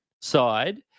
side